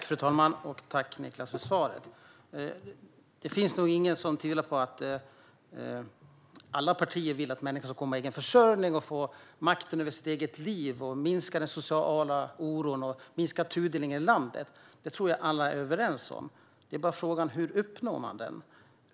Fru talman! Tack, Niklas Karlsson, för svaret! Det finns nog ingen som tvivlar på att alla partier vill att människor ska komma i egen försörjning och få makten över sitt eget liv eller att alla partier vill minska den sociala oron och tudelningen landet. Detta tror jag att alla är överens om. Frågan är bara hur man uppnår detta.